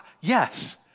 Yes